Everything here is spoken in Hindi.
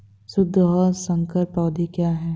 शुद्ध और संकर पौधे क्या हैं?